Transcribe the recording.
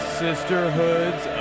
sisterhoods